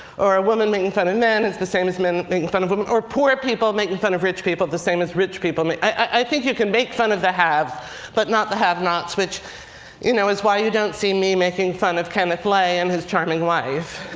or women making fun of men is the same as men making fun of women. or poor people making fun of rich people, the same as rich people. i think you can make fun of the have but not the have-nots, which you know is why you don't see me making fun of kenneth lay and his charming wife.